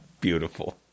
beautiful